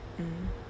mm